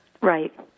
Right